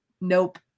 nope